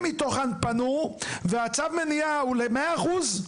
ושתיים מתוכן פנו והצו מניעה הוא למאה אחוז?